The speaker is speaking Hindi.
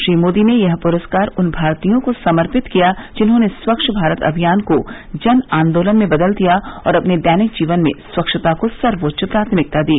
श्री मोदी ने यह प्रस्कार उन भारतीयों को समर्पित किया जिन्होंने स्वच्छ भारत अमियान को जन आंदोलन में बदल दिया और अपने दैनिक जीवन में स्वच्छता को सर्वोच्च प्राथमिकता दी